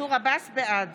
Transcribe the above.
בעד